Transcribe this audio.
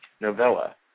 novella